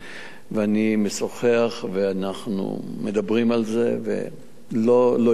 ואני משוחח, ואנחנו מדברים על זה, ולא יהיה גם.